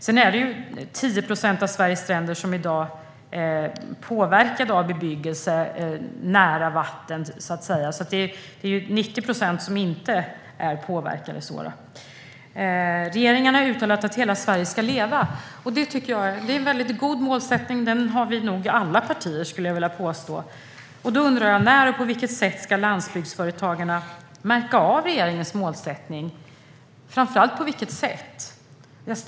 I dag är det 10 procent av Sveriges stränder som är påverkade av bebyggelse nära vatten. Det är alltså 90 procent av stränderna som inte är påverkade. Regeringen har uttalat att hela Sverige ska leva, och det tycker jag är en väldigt god målsättning. Jag skulle nog vilja påstå att alla partier har den målsättningen. Då undrar jag: När och på vilket sätt ska landsbygdsföretagare märka av regeringens målsättning, och framför allt på vilket sätt?